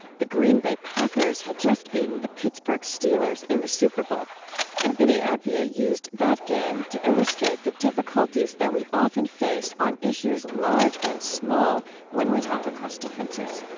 the green bay packers had just beaten the pittsburgh steelers in the superbowl. anthony appiah used the game to illustrate the difficulties that we often face on issues large and small when we talk across differences